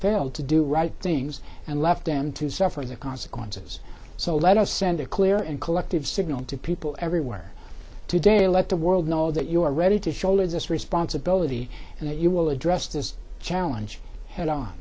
failed to do right things and left them to suffer the consequences so let us send a clear and collective signal to people everywhere today let the world know that you are ready to shoulder this responsibility and that you will address this challenge head on